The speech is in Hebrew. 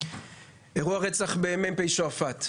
אירוע רצח במ״פ שועפט.